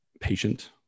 patient